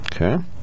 Okay